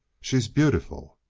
she's beautiful!